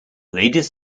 ladies